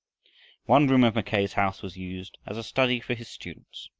one room of mackay's house was used as a study for his students.